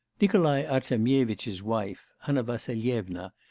nikolai artemyevitch's wife, anna vassilyevna,